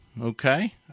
okay